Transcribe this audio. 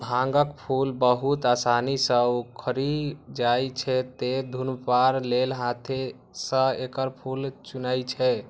भांगक फूल बहुत आसानी सं उखड़ि जाइ छै, तें धुम्रपान लेल हाथें सं एकर फूल चुनै छै